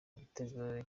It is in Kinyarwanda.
igitego